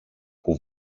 που